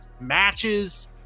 matches